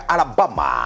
Alabama